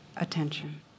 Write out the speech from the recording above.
attention